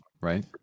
right